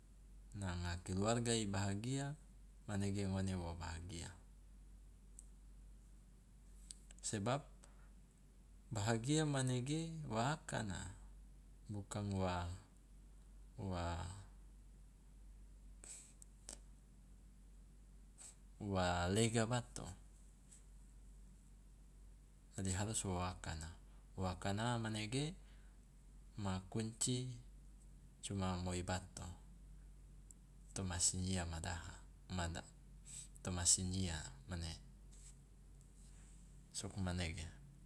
Nanga keluarga i bahagia manege ngone wo bahagia, sebab bahagia manege wo akana bukang wa wa wa lega bato, dadi harus wo akana wo akana manege ma kunci cuma moi bato toma sinyia madaha mada toma sinyia mane, sugmanege.